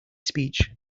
speech